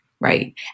Right